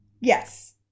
Yes